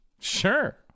Sure